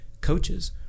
coaches